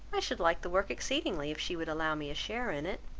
i should like the work exceedingly, if she would allow me a share in it.